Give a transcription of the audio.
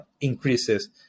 increases